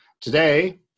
Today